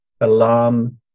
alarm